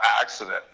accident